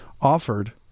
offered